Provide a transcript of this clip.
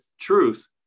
truth